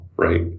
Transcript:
right